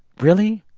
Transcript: really,